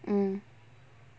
mm